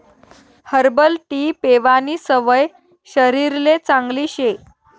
herbal tea पेवानी सवय शरीरले चांगली शे